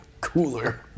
cooler